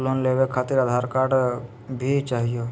Loan लेवे खातिरआधार card भी चाहियो?